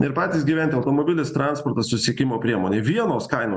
ir patys gyventi automobilis transporto susisiekimo priemonė vienos kainos